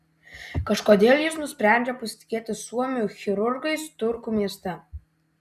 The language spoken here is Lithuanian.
kažkodėl jis nusprendžia pasitikėti suomių chirurgais turku mieste